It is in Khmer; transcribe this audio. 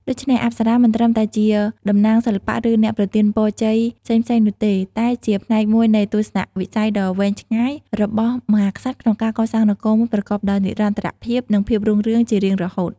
ដូច្នេះ អប្សរាមិនត្រឹមតែជាតំណាងសិល្បៈ ឬអ្នកប្រទានពរជ័យផ្សេងៗនោះទេ តែជាផ្នែកមួយនៃទស្សនៈវិស័យដ៏វែងឆ្ងាយរបស់មហាក្សត្រក្នុងការកសាងនគរមួយប្រកបដោយនិរន្តរភាព និងភាពរុងរឿងជារៀងរហូត។